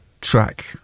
track